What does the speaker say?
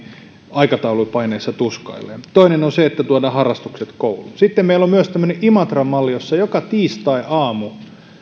aikataulupaineissa tuskailee toinen on se että tuodaan harrastukset kouluun sitten meillä on myös tämmöinen imatran malli jossa joka tiistaiaamu